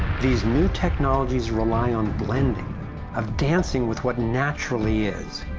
these new technologies rely on blending of dancing with what naturally is.